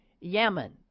Yemen